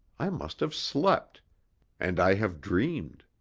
i must have slept and i have dreamed.